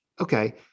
okay